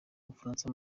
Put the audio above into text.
bufaransa